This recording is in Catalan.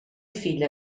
filla